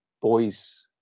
boys